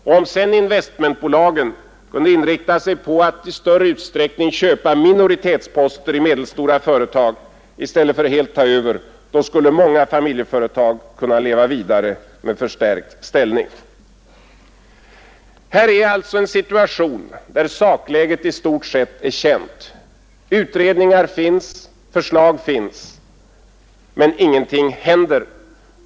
Om sedan investmentbolagen kunde inrikta sig på att i större utsträckning köpa minoritetsposter i medelstora företag i stället för att helt ta över, skulle många familjeföretag kunna leva vidare med förstärkt ställning. Här är alltså en situation där sakläget i stort sett är känt. Utredningar finns, förslag finns, men ingenting händer.